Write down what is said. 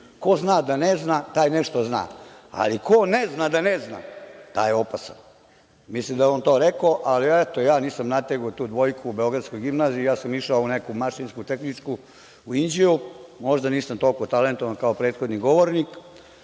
Ko zna da ne zna, taj nešto zna, ali ko ne zna da ne zna, taj je opasan. Mislim da je on to rekao, ali, eto, ja nisam natego tu dvojku u beogradskoj gimnaziji, ja sam išao u neku mašinsku tehničku u Inđiji. Možda nisam toliko talentovan, kao prethodni govornik,